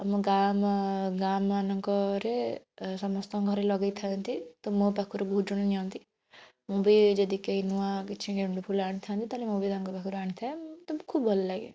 ଆମ ଗାଁ ମା ଗାଁ ମାନଙ୍କରେ ସମସ୍ତଙ୍କ ଘରେ ଲଗାଇ ଥାଆନ୍ତି ତ ମୋ ପାଖରୁ ବହୁତ ଜଣ ନିଅନ୍ତି ମୁଁ ବି ଯଦି କେହି ନୂଆ କିଛି ଗେଣ୍ଡୁ ଫୁଲ ଆଣିଥାନ୍ତି ତାହେଲେ ମୁଁ ବି ତାଙ୍କ ପାଖରୁ ଆଣି ଥାଏ ଖୁବ୍ ଭଲ ଲାଗେ